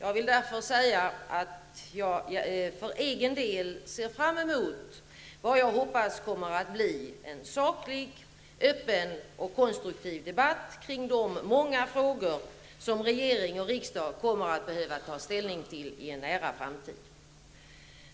Jag vill därför säga att jag för egen del ser fram emot vad jag hoppas kommer att bli en saklig, öppen och konstruktiv debatt kring de många viktiga frågor som regering och riksdag kommer att behöva ta ställning till i en nära framtid.